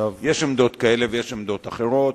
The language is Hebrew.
יש עמדות כאלה ויש עמדות אחרות,